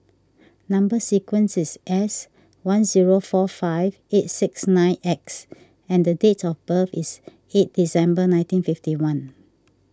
Number Sequence is S one zero four five eight six nine X and date of birth is eight December nineteen fifty one